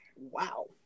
Wow